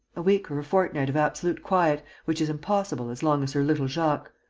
a week or a fortnight of absolute quiet, which is impossible as long as her little jacques.